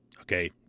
Okay